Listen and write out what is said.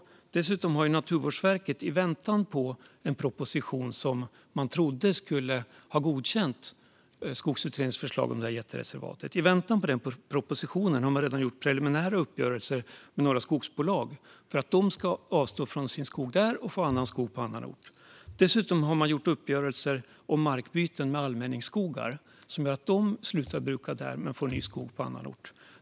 Dessutom har Naturvårdsverket, i väntan på en proposition som man trodde skulle ha godkänts om Skogsutredningens förslag om det här jättereservatet, redan gjort preliminära uppgörelser med några skogsbolag för att de ska avstå från sin skog där och få annan skog på annan ort. Dessutom har man gjort uppgörelser om markbyten med allmänningsskogar som gör att de slutar att bruka där men får ny skog på annan ort.